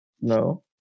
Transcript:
no